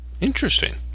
Interesting